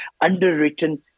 underwritten